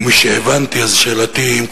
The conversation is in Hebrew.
ומשהבנתי אז שאלתי היא,